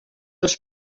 els